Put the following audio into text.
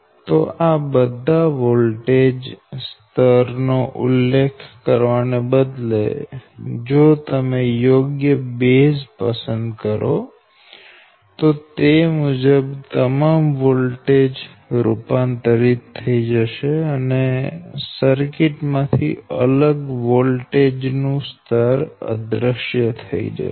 તો આ બધા વોલ્ટેજ સ્તર નો ઉલ્લેખ કરવાને બદલે જો તમે યોગ્ય બેઝ પસંદ કરો તો તે મુજબ તમામ વોલ્ટેજ રૂપાંતરિત થઈ જશે અને સર્કિટ માંથી અલગ વોલ્ટેજ નું સ્તર અદૃશ્ય થઈ જશે